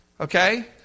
Okay